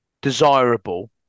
desirable